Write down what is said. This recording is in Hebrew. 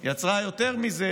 היא יצרה יותר מזה,